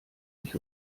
mich